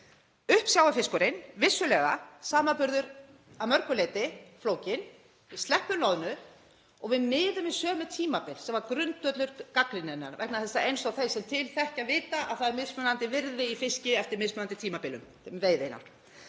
Uppsjávarfiskurinn, vissulega er samanburður að mörgu leyti flókinn. Við sleppum loðnu og við miðum við sömu tímabil sem var grundvöllur gagnrýninnar vegna þess að eins og þeir sem til þekkja vita er mismunandi virði í fiski eftir mismunandi tímabilum